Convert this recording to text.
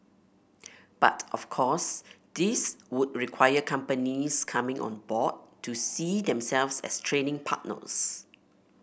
but of course this would require companies coming on board to see themselves as training partners